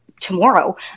tomorrow